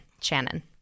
Shannon